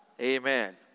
Amen